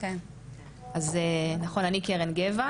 אז נכון אני קרן גבע,